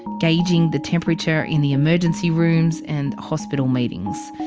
gauging the temperature in the emergency rooms and hospital meetings.